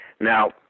Now